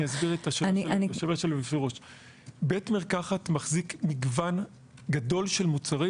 אני אסביר: בית מרקחת מחזיק מגוון גדול של מוצרים,